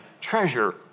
treasure